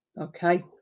okay